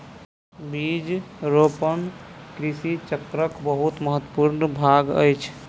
बीज रोपण कृषि चक्रक बहुत महत्वपूर्ण भाग अछि